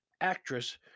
actress